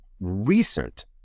recent